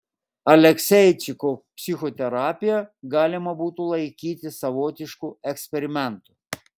alekseičiko psichoterapiją galima būtų laikyti savotišku eksperimentu